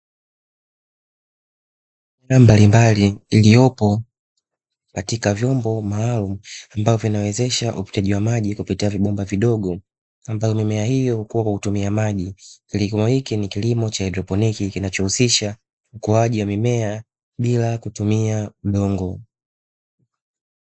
Mimea mbalimbali iliyopo katika vyombo maalumu ambayo inawezesha upataji wa maji kupitia vibomba vidogo ambayo mimea hiyo hukua kupitia maji. Kilimo hiki ni kilimo cha haidroponiki kinachohusisha ukuaji wa mimea bila kutumia udongo.